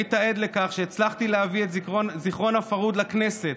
היית עד לכך שהצלחתי להביא את זיכרון הפרהוד לכנסת,